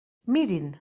mirin